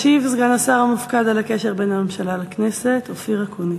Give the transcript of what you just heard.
ישיב סגן השר המופקד על הקשר בין הממשלה לכנסת אופיר אקוניס.